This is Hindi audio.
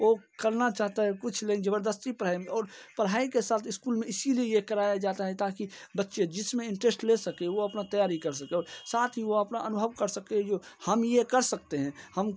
वो करना चाहता है कुछ लेकिन जबरदस्ती पढ़ाई में और पढ़ाई के साथ इस्कूल में इसीलिए ये कराया जाता है ताकि बच्चे जिसमें इंटरेस्ट ले सके वो अपना तैयारी कर सके और साथ ही वो अपना अनुभव कर सके जो हम ये कर सकते हैं हम